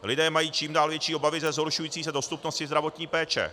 Lidé mají čím dál větší obavy ze zhoršující se dostupnosti zdravotní péče.